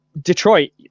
detroit